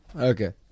okay